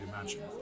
imagine